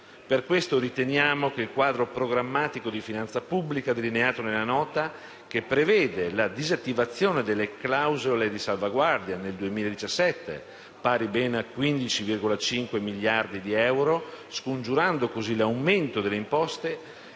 Per questo riteniamo che il quadro programmatico di finanza pubblica delineato nella Nota, che prevede la disattivazione delle clausole di salvaguardia nel 2017 (pari a ben 15,5 miliardi di euro), scongiurando così l'aumento delle imposte,